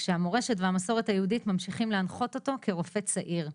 כשהמורשת והמסורת היהודית ממשיכים להנחות אותו כרופא צעיר.